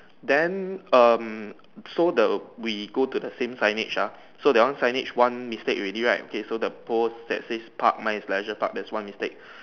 then um so the we go to the same signage ah so that one signage one mistake already right okay so the pole that says park mine is Leisure Park that is one mistake